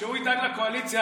שהוא ידאג לקואליציה,